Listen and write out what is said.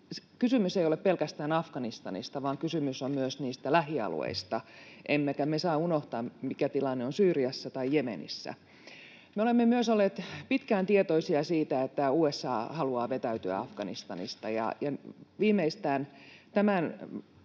Kysymys ei ole pelkästään Afganistanista, vaan kysymys on myös lähialueista, emmekä me saa unohtaa, mikä tilanne on Syyriassa tai Jemenissä. Me olemme myös olleet pitkään tietoisia siitä, että USA haluaa vetäytyä Afganistanista, ja viimeistään tämän